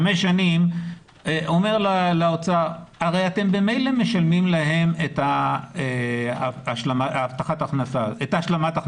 חמש שנים אומר לאוצר שהרי אתם ממילא משלמים להן השלמת ההכנסה,